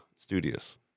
studious